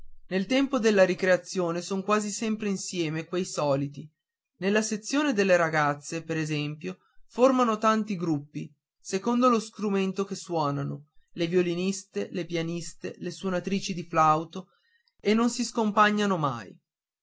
nel tempo della ricreazione sono quasi sempre insieme quei soliti nella sezione delle ragazze per esempio formano tanti gruppi secondo lo strumento che suonano le violiniste le pianiste le suonatrici di flauto e non si scompagnano mai